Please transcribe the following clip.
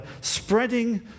spreading